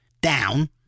down